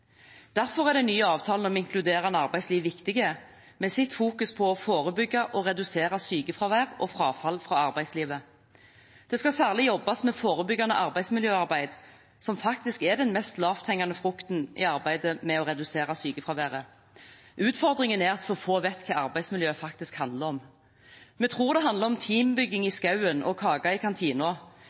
Derfor er den nye avtalen om inkluderende arbeidsliv viktig, med sitt fokus på å forebygge og redusere sykefravær og frafall fra arbeidslivet. Det skal særlig jobbes med forebyggende arbeidsmiljøarbeid, som faktisk er den mest lavthengende frukten i arbeidet med å redusere sykefraværet. Utfordringen er at så få vet hva arbeidsmiljø faktisk handler om. Vi tror det handler om teambygging i skauen og kake i